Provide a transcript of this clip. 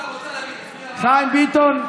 חיים ביטון,